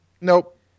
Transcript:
Nope